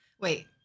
Wait